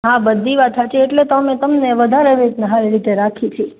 હા બધી વાત હાચી એટલે તો અમે તમને વધારે વેચાની હારી રીતે રાખી છે